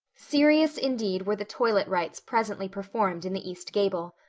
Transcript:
serious indeed were the toilet rites presently performed in the east gable.